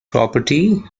property